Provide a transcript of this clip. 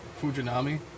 Fujinami